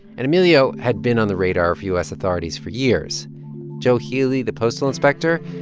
and emilio had been on the radar of u s. authorities for years joe healy, the postal inspector,